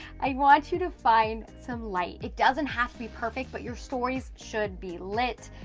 i want you to find some light. it doesn't have to be perfect but your stories should be lit,